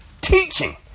Teaching